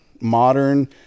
modern